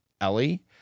Ellie